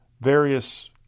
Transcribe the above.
various